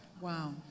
Wow